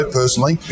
personally